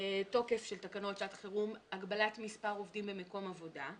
תוקף של תקנות שעת חירום (הגבלת מספר עובדים במקום עבודה),